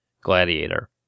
gladiator